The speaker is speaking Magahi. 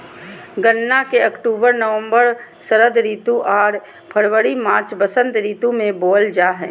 गन्ना के अक्टूबर नवम्बर षरद ऋतु आर फरवरी मार्च बसंत ऋतु में बोयल जा हइ